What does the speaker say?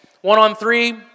One-on-three